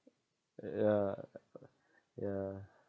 yeah yeah